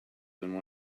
than